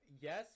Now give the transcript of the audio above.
yes